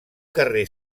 carrer